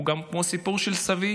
הוא גם כמו הסיפור של סבי,